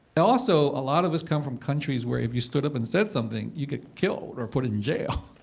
ah also, a lot of us come from countries where, if you stood up and said something, you'd get killed or put in jail.